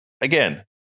again